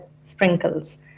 sprinkles